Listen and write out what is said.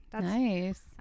Nice